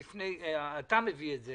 אתה מביא את זה